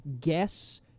guess